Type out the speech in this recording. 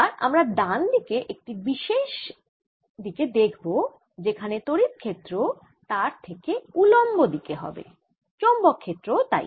এবার আমরা ডান দিকে একটি বিশেষ দিকে দেখব যেখানে তড়িৎ ক্ষেত্র তার থেকে উলম্ব দিকে হবে চৌম্বক ক্ষেত্র ও তাই